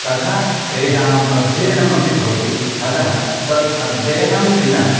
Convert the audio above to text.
तथा तेषाम् अध्ययनमपि भवति अतः तत् अध्ययनेन विना